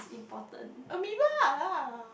amoeba lah